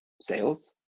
sales